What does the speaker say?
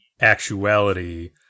actuality